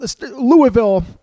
Louisville